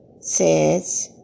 says